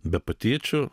be patyčių